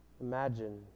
Imagine